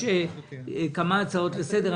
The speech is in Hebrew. יש כמה הצעות לסדר.